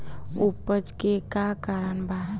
अपच के का कारण बा?